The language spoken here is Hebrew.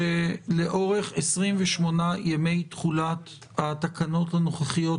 שלאורך 28 ימי תחולת התקנות הנוכחיות,